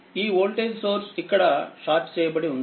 ఈ వోల్టేజ్ సోర్స్ఇక్కడ షార్ట్ చేయబడి వుంది